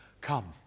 come